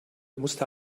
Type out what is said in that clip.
musste